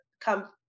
come